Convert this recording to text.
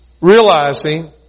realizing